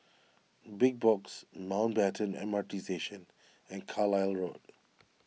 Big Box Mountbatten M R T Station and Road